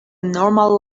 normal